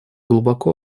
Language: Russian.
глубоко